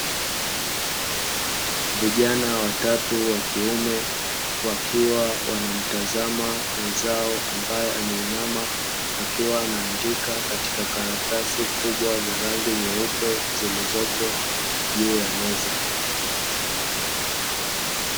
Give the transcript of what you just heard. Vijana watatu wa kiume wakiwa wanamtazana mwenzao ambaye ameinama, akiwa anaandika katika karatasi kubwa za rangi nyeupe zilizopo juu ya meza.